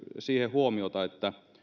huomiota siihen että